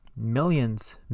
Millions